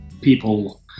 people